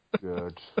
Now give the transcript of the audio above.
good